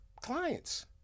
clients